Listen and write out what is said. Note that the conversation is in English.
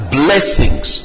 blessings